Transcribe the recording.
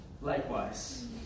Likewise